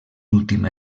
última